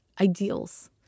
ideals